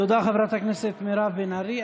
תודה, חברת הכנסת מירב בן ארי.